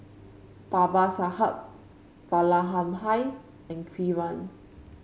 Babasaheb Vallabhbhai and Kiran